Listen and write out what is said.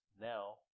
now